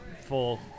full